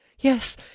yes